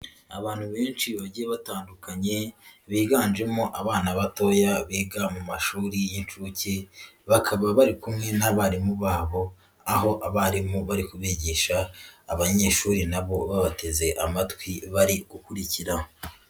Abantu benshi bagiye batandukanye, biganjemo abana batoya biga mu mashuri y'incuke, bakaba bari kumwe n'abarimu babo, aho abarimu bari kubigisha, abanyeshuri na bo babateze amatwi bari gukurikira.